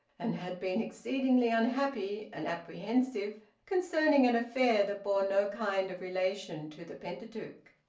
and had been exceedingly unhappy and apprehensive concerning an affair that bore no kind of relation to the pentateuch.